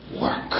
work